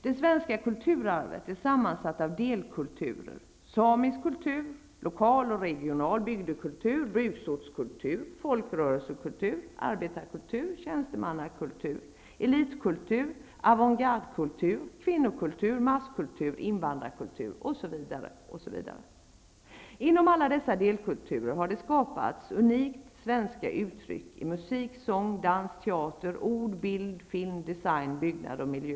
Det svenska kulturarvet är sammansatt av delkulturer: samisk kultur, lokal och regional bygdekultur, bruksortskultur, folkrörelsekultur, arbetarkultur, tjänstemannakultur, elitkultur, avantgardekultur, kvinnokultur, masskultur, invandrarkultur, osv., osv. Inom alla dessa delkulturer har det skapats unikt svenska uttryck i musik, sång, dans, teater, ord, bild, film, design, byggnad och miljö.